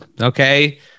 okay